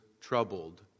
troubled